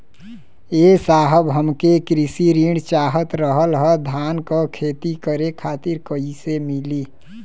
ए साहब हमके कृषि ऋण चाहत रहल ह धान क खेती करे खातिर कईसे मीली?